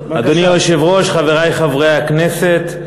שנייה ושלישית בוועדת הפנים והגנת הסביבה של הכנסת.